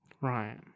Right